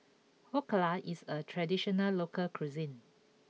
Dhokla is a traditional local cuisine